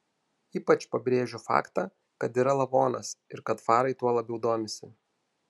ypač pabrėžiu faktą kad yra lavonas ir kad farai tuo labai domisi